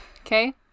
okay